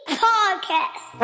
podcast